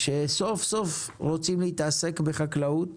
שסוף סוף רוצים להתעסק בחקלאות